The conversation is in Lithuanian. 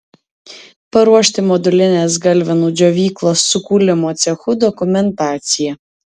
paruošti modulinės galvenų džiovyklos su kūlimo cechu dokumentaciją